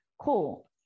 cool